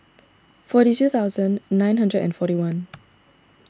forty two thousand nine hundred and forty one